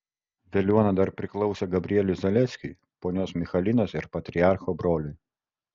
veliuona dar priklausė gabrieliui zaleskiui ponios michalinos ir patriarcho broliui